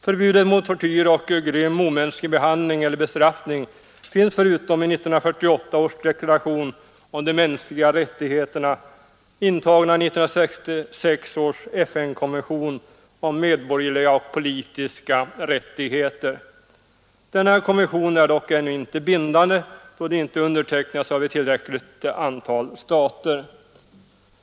Förbudet mot tortyr och grym omänsklig behandling eller bestraffning finns förutom i 1948 års deklaration om de mänskliga rättigheterna intaget i 1966 års FN-konvention om medborgerliga och politiska rättigheter. Denna konvention är dock ännu inte bindande, då den inte undertecknats av ett tillräckligt antal stater.